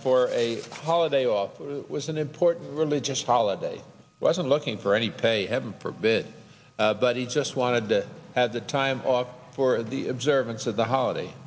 for a holiday off was an important religious holiday wasn't looking for any pay heaven forbid but he just wanted to have the time off for the observance of the holiday